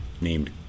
named